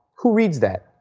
who reads that?